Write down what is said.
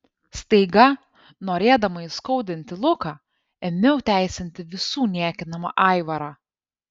staiga norėdama įskaudinti luką ėmiau teisinti visų niekinamą aivarą